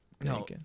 No